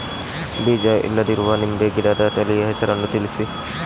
ಬೀಜ ಇಲ್ಲದಿರುವ ನಿಂಬೆ ಗಿಡದ ತಳಿಯ ಹೆಸರನ್ನು ತಿಳಿಸಿ?